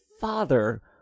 father